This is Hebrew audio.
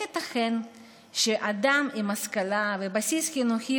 איך ייתכן שאדם עם השכלה ובסיס חינוכי